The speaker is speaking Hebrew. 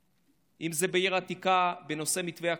אם זה בעיר העתיקה בנושא מתווה הכותל,